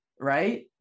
Right